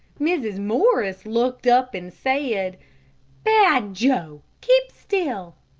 mrs. morris looked up and said, bad joe, keep still.